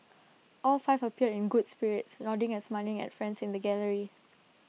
all five appeared in good spirits nodding and smiling at friends in the gallery